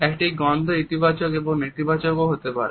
একটি গন্ধ ইতিবাচক এবং নেতিবাচকও হতে পারে